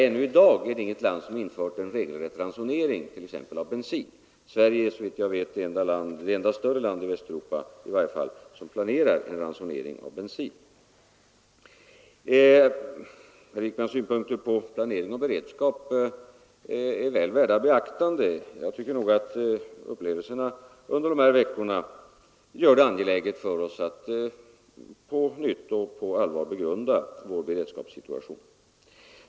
Ännu i dag är det inget land, som infört en regelrätt ransonering av t.ex. bensin. Sverige är, såvitt jag vet, det enda större land i Västeuropa som planerar en sådan ransonering. Herr Wijkmans synpunkter på planering och beredskap är väl värda beaktande. Jag tycker nog att upplevelserna under de senaste veckorna gör det angeläget för oss att på nytt allvarligt begrunda vår beredskapssituation.